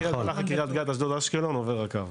קריית גת, אשדוד, אשקלון, עובר הקו.